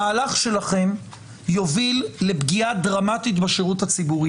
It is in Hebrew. המהלך שלכם יוביל לפגיעה דרמטית בשירות הציבורי.